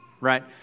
right